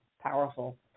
powerful